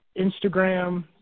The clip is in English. Instagram